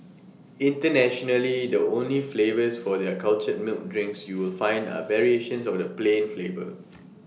internationally the only flavours for their cultured milk drinks you will find are variations of the plain flavour